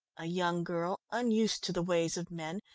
a young girl, unused to the ways of men,